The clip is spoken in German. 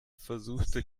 versuchte